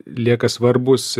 lieka svarbūs